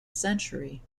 century